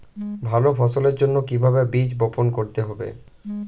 ভালো ফসলের জন্য কিভাবে বীজ বপন করতে হবে?